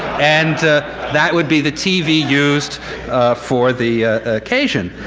and that would be the tv used for the occasion.